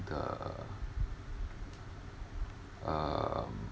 the um